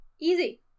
easy